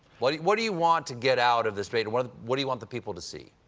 what do what do you want to get out of this? but and what what do you want the people to see?